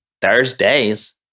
thursdays